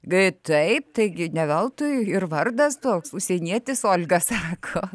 taip taigi ne veltui ir vardas toks užsienietis olga sako